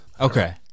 okay